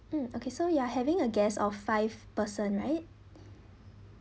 mm okay so we are having a guest of five person right